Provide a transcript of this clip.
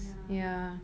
ya